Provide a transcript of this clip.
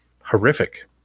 horrific